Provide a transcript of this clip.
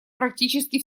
практически